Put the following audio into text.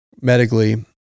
medically